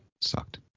Sucked